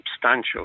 substantial